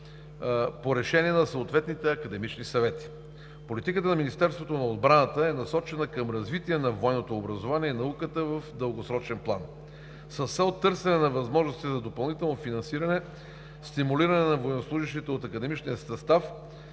по решение на съответните академични съвети. Политиката на Министерството на отбраната е насочена към развитие на военното образование и науката в дългосрочен план. С цел търсене на възможности за допълнително финансиране и стимулиране на военнослужещите от академичния състав